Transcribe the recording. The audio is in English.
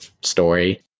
story